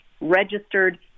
registered